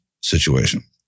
situation